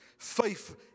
Faith